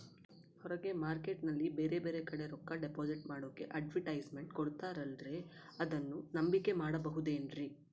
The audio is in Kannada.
ಹೊರಗೆ ಮಾರ್ಕೇಟ್ ನಲ್ಲಿ ಬೇರೆ ಬೇರೆ ಕಡೆ ರೊಕ್ಕ ಡಿಪಾಸಿಟ್ ಮಾಡೋಕೆ ಅಡುಟ್ಯಸ್ ಮೆಂಟ್ ಕೊಡುತ್ತಾರಲ್ರೇ ಅದನ್ನು ನಂಬಿಕೆ ಮಾಡಬಹುದೇನ್ರಿ?